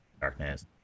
Darkness